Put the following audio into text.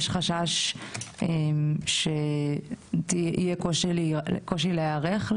יש חשש שיהיה קושי להיערך לעניין הזה,